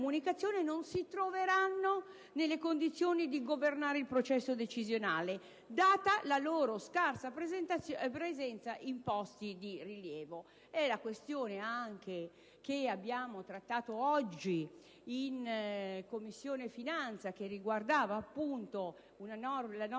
non si troveranno nelle condizioni di governare il processo decisionale, data la loro scarsa presenza in posti di rilievo. È la questione che abbiamo trattato anche oggi in Commissione finanze, che riguardava appunto